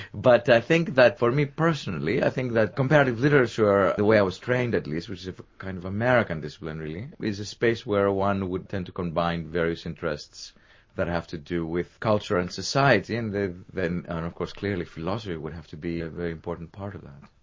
but i think that for me personally, i think that comparative literature, the way i was trained at least, which is a kind of american discipline, really, is a space where one would tend to combine various interests that have to do with culture and society, and they've then. and of course clearly philosophy would have to be a very important part of that.